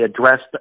addressed